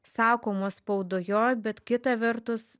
sakomos spaudojoj bet kita vertus